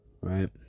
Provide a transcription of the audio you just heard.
right